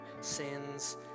sins